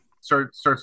starts